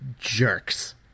jerks